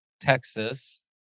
Texas